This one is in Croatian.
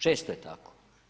Često je tako.